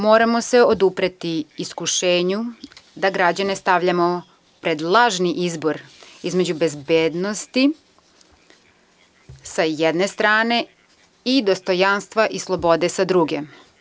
Moramo se odupreti iskušenju da građane stavljamo pred lažni izbor između bezbednosti, sa jedne strane, i dostojanstva i slobode, sa druge.